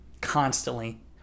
constantly